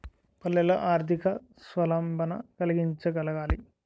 పల్లెల్లో ఆర్థిక స్వావలంబన కలిగించగలగాలి